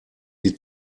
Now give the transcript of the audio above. die